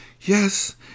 Yes